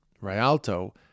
Rialto